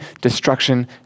destruction